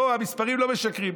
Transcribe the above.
בואו, המספרים לא משקרים.